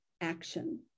action